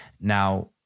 Now